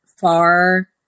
FAR